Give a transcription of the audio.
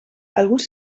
alguns